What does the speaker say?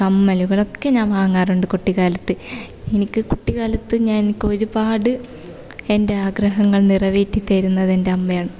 കമ്മലുകള് ഒക്കെ ഞാന് വാങ്ങാറുണ്ട് കുട്ടിക്കാലത്ത് എനിക്ക് കുട്ടിക്കാലത്ത് ഞാന് എനിക്ക് ഒരുപാട് എന്റെ ആഗ്രഹങ്ങള് നിറവേറ്റി തരുന്നത് എന്റെ അമ്മയാണ്